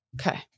Okay